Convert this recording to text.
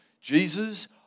Jesus